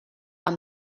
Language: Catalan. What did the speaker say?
amb